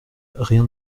rien